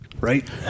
right